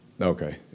Okay